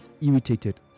irritated